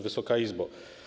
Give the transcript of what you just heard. Wysoka Izbo!